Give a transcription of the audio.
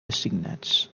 assignats